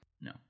No